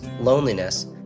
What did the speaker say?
loneliness